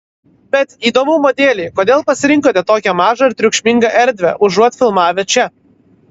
bet įdomumo dėlei kodėl pasirinkote tokią mažą ir triukšmingą erdvę užuot filmavę čia